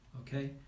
Okay